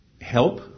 help